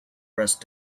rest